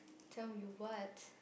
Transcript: tell you what